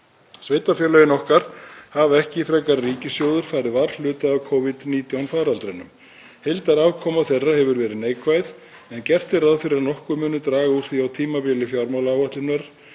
Sveitarfélögin okkar hafa ekki frekar en ríkissjóður farið varhluta af Covid-19 faraldrinum. Heildarafkoma þeirra hefur verið neikvæð en gert er ráð fyrir að nokkuð muni draga úr því á tímabili fjármálaáætlunar